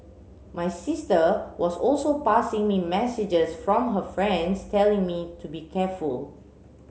my sister was also passing me messages from her friends telling me to be careful